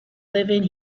living